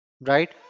right